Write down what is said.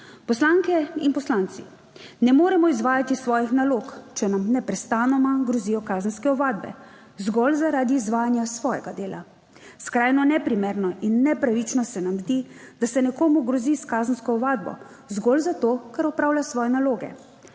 Poslanke in poslanci, ne moremo izvajati svojih nalog, če nam neprestano grozijo kazenske ovadbe. Zgolj zaradi izvajanja svojega dela. Skrajno neprimerno in nepravično se nam zdi, da se nekomu grozi s kazensko ovadbo zgolj zato, ker opravlja svoje naloge.